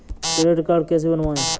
Credit card कैसे बनवाएँ?